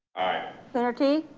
aye. coonerty.